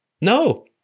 No